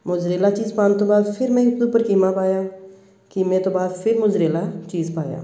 mozzarella cheese ਪਾਉਣ ਤੋਂ ਬਾਅਦ ਫਿਰ ਮੈਂ ਇੱਕ ਉੱਪਰ ਕੀਮਾ ਪਾਇਆ ਕੀਮੇ ਤੋਂ ਬਾਅਦ ਫੇਰ ਮੋਜ਼ਰੇਲਾ ਚੀਜ਼ ਪਾਇਆ